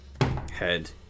head